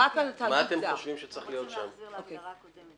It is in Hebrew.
הם רוצים להחזיר להגדרה הקודמת.